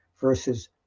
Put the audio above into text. versus